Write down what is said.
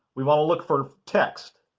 we want to look for text.